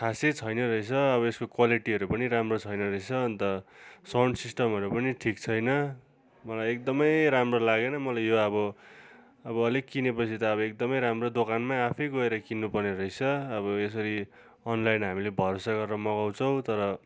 खासै छैन रहेछ अब यसको क्वालिटीहरू पनि राम्रो छैन रहेछ अन्त साउन्ड सिस्टमहरू पनि ठिक छैन मलाई एकदमै राम्रो लागेन मलाई यो अब अब अलिक किनेपछि त अब एकदमै राम्रो दोकानमा आफै गएर किन्नुपर्ने रहेछ अब यसरी अनलाइन हामीले भरोसा गरेर मगाउँछौँ तर